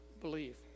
believe